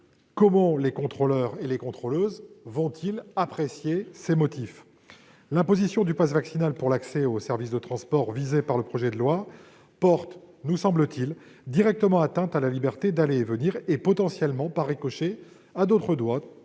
Comment les contrôleurs et les contrôleuses vont-ils apprécier ces motifs ? L'imposition du passe vaccinal pour l'accès aux services de transport visés par le projet de loi porte, à notre sens, directement atteinte à la liberté d'aller et venir et, potentiellement, par ricochet, à d'autres droits,